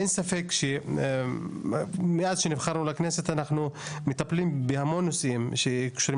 אין ספק שמאז שנבחרנו לכנסת אנחנו מטפלים בהמון נושאים שקשורים